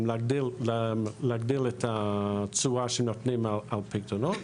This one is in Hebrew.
להגדיל את התשואה שנותנים על פיקדונות,